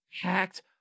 hacked